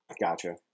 Gotcha